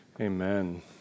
Amen